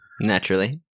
naturally